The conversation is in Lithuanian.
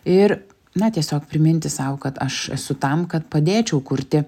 ir na tiesiog priminti sau kad aš esu tam kad padėčiau kurti